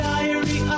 Diary